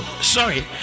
Sorry